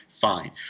fine